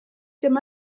ddim